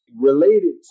related